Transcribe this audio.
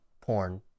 porn